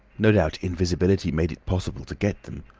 no doubt invisibility made it possible to get them,